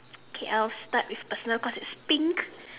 K I'll start with personal cause it's pink